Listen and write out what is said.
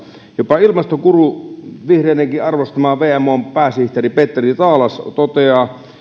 jopa ilmastoguru vihreidenkin arvostama wmon pääsihteeri petteri taalas toteaa